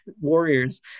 warriors